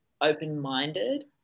open-minded